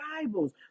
bibles